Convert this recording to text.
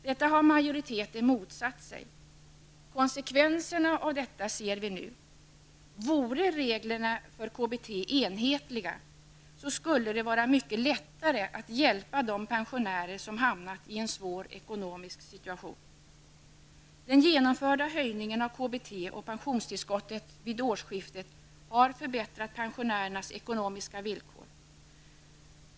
Detta har majoriteten motsatt sig. Konsekvensen av detta ser vi nu. Vore reglerna för KBT enhetliga, skulle det vara mycket lättare att hjälpa de pensionärer som har hamnat i en svår ekonomisk situation. Den genomförda höjningen av KBT och pensionstillskottet vid årsskiftet har förbättrat pensionärernas ekonomiska villkor.